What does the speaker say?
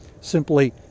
Simply